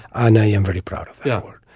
i know i am very proud of ah it.